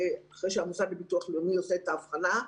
אחרי שהמוסד לביטוח לאומי עושה את האבחנה.